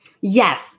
Yes